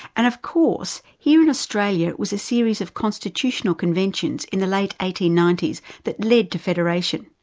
and of course, here in australia it was a series of constitutional conventions in the late eighteen ninety s that led to federation.